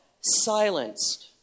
silenced